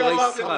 לכן אני מציע,